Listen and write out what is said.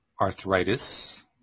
arthritis